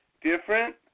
different